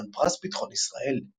חתן פרס ביטחון ישראל.